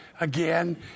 again